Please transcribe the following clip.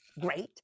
great